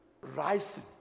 Rising